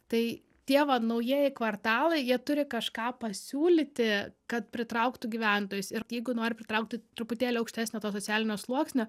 tai tie va naujieji kvartalai jie turi kažką pasiūlyti kad pritrauktų gyventojus ir jeigu nori pritraukti truputėlį aukštesnio to socialinio sluoksnio